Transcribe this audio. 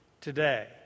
today